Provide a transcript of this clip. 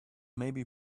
maybe